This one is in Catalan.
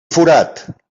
forat